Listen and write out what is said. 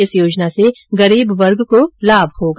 इस योजना से गरीब वर्ग को लाभ होगा